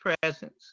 presence